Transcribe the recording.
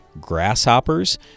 grasshoppers